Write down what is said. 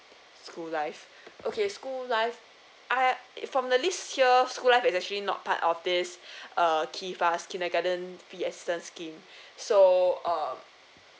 school life okay school life I it from the list here school life is actually not part of this err kindergarten fee assistance scheme so um